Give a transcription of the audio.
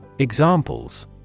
Examples